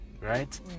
right